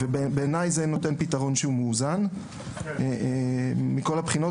בעיניי, זה נותן פתרון מאוזן מכל הבחינות.